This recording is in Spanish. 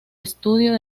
estudio